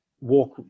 walk